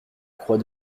croix